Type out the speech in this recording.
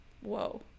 Whoa